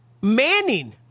Manning